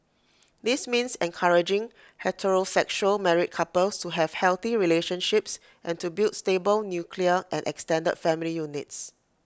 this means encouraging heterosexual married couples to have healthy relationships and to build stable nuclear and extended family units